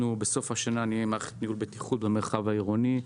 בסוף השנה נהיה עם מערכת ניהול בטיחות במרחב העירוני.